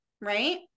right